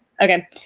Okay